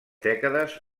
dècades